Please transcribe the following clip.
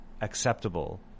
acceptable